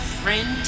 friend